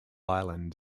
island